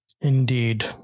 Indeed